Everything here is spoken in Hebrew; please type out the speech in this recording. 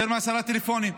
יותר מעשרה טלפונים.